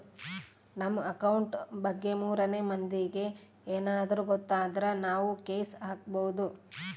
ನಮ್ ಅಕೌಂಟ್ ಬಗ್ಗೆ ಮೂರನೆ ಮಂದಿಗೆ ಯೆನದ್ರ ಗೊತ್ತಾದ್ರ ನಾವ್ ಕೇಸ್ ಹಾಕ್ಬೊದು